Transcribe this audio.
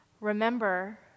remember